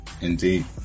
Indeed